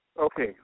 Okay